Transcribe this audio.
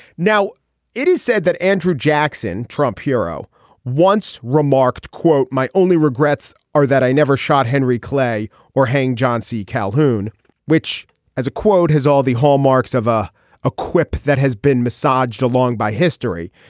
now it is said that andrew jackson trump hero once remarked quote my only regrets are that i never shot henry clay or hang john c. calhoun which as a quote has all the hallmarks of ah a quip that has been massaged along by history.